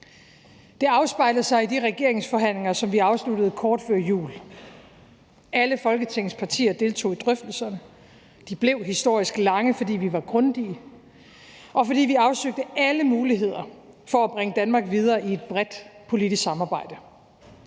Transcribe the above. Det afspejler sig i de regeringsforhandlinger, som vi afsluttede kort før jul. Alle Folketingets partier deltog i drøftelserne; de blev historisk lange, fordi vi var grundige, og fordi vi afsøgte alle muligheder for at bringe Danmark videre i et bredt politisk samarbejde.